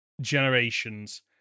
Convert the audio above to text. Generations